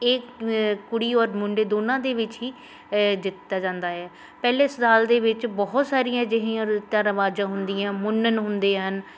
ਇਹ ਕੁੜੀ ਔਰ ਮੁੰਡੇ ਦੋਨਾਂ ਦੇ ਵਿੱਚ ਹੀ ਦਿੱਤਾ ਜਾਂਦਾ ਆ ਪਹਿਲੇ ਸਾਲ ਦੇ ਵਿੱਚ ਬਹੁਤ ਸਾਰੀਆਂ ਅਜਿਹੀਆਂ ਰੀਤਾਂ ਰਿਵਾਜਾਂ ਹੁੰਦੀਆਂ ਮੁੰਨਣ ਹੁੰਦੇ ਹਨ